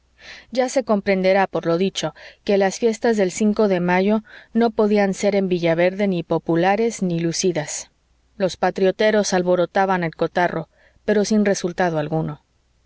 ya se comprenderá por lo dicho que las fiestas del cinco de mayo no podían ser en villaverde ni populares ni lucidas los patrioteros alborotaban el cotarro pero sin resultado alguno